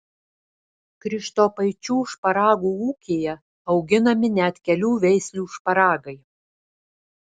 krištopaičių šparagų ūkyje auginami net kelių veislių šparagai